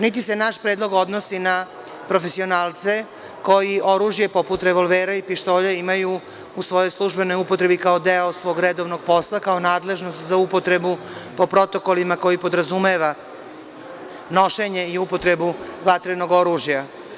Niti se naš predlog odnosi na profesionalce koji oružje poput revolvera i pištolja imaju u svojoj službenoj upotrebi kao deo svog redovnog posla, kao nadležnost za upotrebu po protokolima koji podrazumevaju nošenje i upotrebu vatrenog oružja.